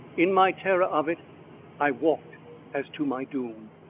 in my terror of it i walked as to my doom.